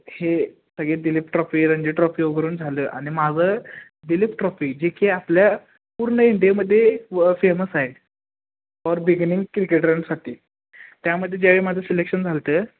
हे सगळे Dilip trophy Ranji trophy वगरून झालं आणि माझं दिलीप ट्रॉफी जे की आपल्या पूर्ण इंडियामध्ये व फेमस आहे फॉर बिगिनिंग क्रिकेटरसाठी त्यामध्ये ज्यावेळी माझं सिलेक्शन झाल होतं